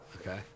Okay